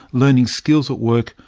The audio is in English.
learning skills at work,